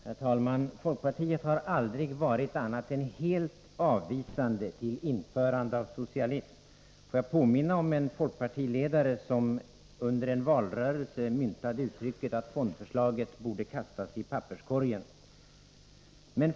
Herr talman! Folkpartiet har aldrig varit annat än helt avvisande till införande av socialism. Får jag påminna om en folkpartiledare som under en valrörelse myntade uttrycket att fondförslaget borde kastas i papperskorgen?